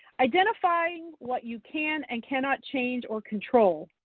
identifying what you can and can not change or control.